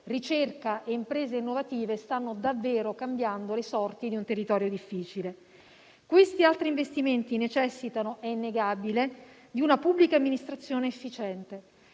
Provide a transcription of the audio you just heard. ricerca e imprese innovative stanno davvero cambiando le sorti di un territorio difficile. Questi e altri investimenti necessitano - è innegabile - di una pubblica amministrazione efficiente.